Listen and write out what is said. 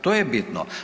To je bitno.